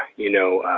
you know,